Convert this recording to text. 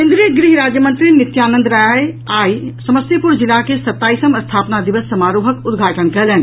केन्द्रीय गृह राज्यमंत्री नित्यानंद राय आई समस्तीपुर जिला के सताईसम स्थापना दिवस समारोहक उद्घाटन कयलनि